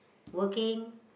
working